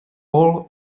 all